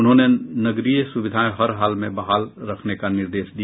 उन्होंने नगरीय सुविधाएं हर हाल में बहाल रखने का निर्देश दिया